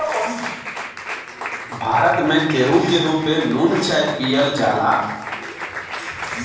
भारत में केहू केहू पे नून चाय पियल जाला